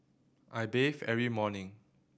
I bathe every morning